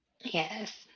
Yes